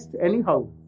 anyhow